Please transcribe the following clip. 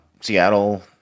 Seattle